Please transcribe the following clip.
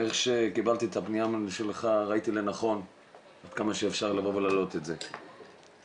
איך שקיבלתי את הפנייה שלך ראיתי לנכון עד כמה שאפשר להעלות את זה.